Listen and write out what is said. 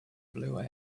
blue